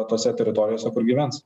tose teritorijose kur gyvens